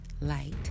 light